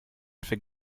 for